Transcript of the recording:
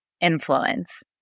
influence